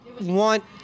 want